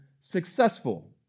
successful